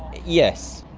yes.